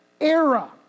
era